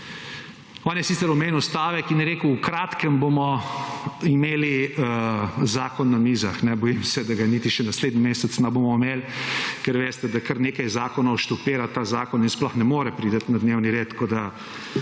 On je sicer omenil stavek in rekel – v kratkem bomo imeli zakon na mizah. Bojim se, da ga niti še naslednji mesec ne bomo imeli, ker veste, da kar nekaj zakonov »štopira« ta zakon in sploh ne more priti na dnevni red, tako da